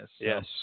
Yes